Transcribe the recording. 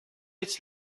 its